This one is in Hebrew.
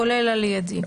כולל על ידי.